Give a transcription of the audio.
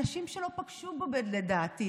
אנשים שלא פגשו בו, לדעתי.